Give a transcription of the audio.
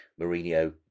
Mourinho